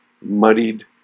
muddied